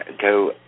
go